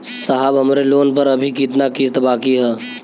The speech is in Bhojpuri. साहब हमरे लोन पर अभी कितना किस्त बाकी ह?